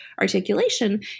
articulation